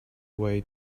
way